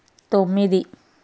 తొమ్మిది